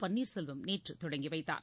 பன்னீர்செல்வம் நேற்று தொடங்கிவைத்தார்